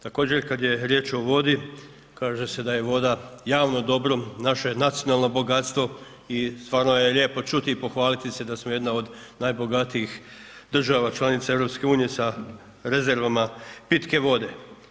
Također kad je riječ o vodi, kaže se da je voda javno dobro, naše nacionalno bogatstvo i stvarno je lijepo čuti i pohvaliti se da smo jedna od najbogatijih država članica EU sa rezervama pitke vode.